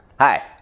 Hi